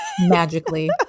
magically